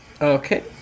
Okay